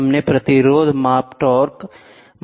हमने प्रतिरोध माप टार्क माप को देखा